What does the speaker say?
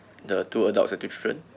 the two adults and two children